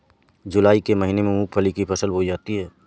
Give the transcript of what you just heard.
जूलाई के महीने में मूंगफली की फसल बोई जाती है